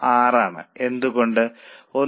6 ആണ് എന്തുകൊണ്ട് 1